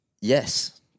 Yes